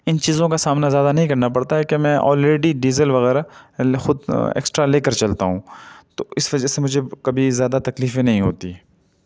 ان چیزوں کا سامنا زیادہ نہیں کرنا پڑتا ہے کہ میں آلریڈی ڈیژل وغیرہ خود ایکسٹرا لے کر چلتا ہوں تو اس وجہ سے مجھے کبھی زیادہ تکلیفیں نہیں ہوتی